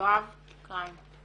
יואב קריים.